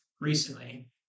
recently